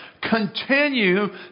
Continue